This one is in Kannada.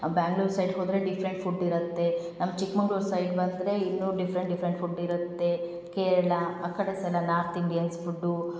ಬ್ಯಾಂಗ್ಳೂರ್ ಸೈಡ್ಗೆ ಹೋದ್ರೆ ಡಿಫ್ರೆಂಟ್ ಫುಡ್ಡಿರುತ್ತೆ ನಮ್ಮ ಚಿಕ್ಮಗ್ಳೂರು ಸೈಡ್ ಬಂದರೆ ಇನ್ನೂ ಡಿಫ್ರೆಂಟ್ ಡಿಫ್ರೆಂಟ್ ಫುಡ್ ಇರುತ್ತೆ ಕೇರಳ ಆ ಕಡೆ ಸೈಡಲ್ಲಿ ನಾರ್ತ್ ಇಂಡಿಯನ್ಸ್ ಫುಡ್ಡು